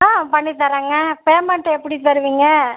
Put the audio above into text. ஆ பண்ணி தரேங்க பேமெண்ட் எப்படி தருவீங்க